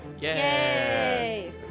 Yay